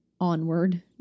onward